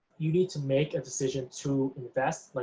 you need to make a decision to invest, like